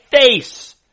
face